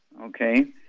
okay